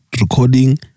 recording